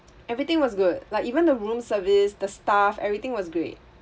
everything was good like even the room service the staff everything was great